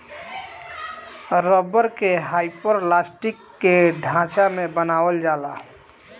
rubber के hyperelastic के ढांचा में बनावल जाला